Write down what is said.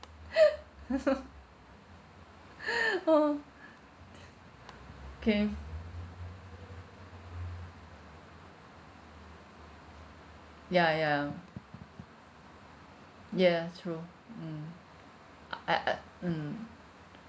~ K ya ya ya true mm uh I I mm